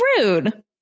rude